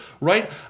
right